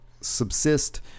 subsist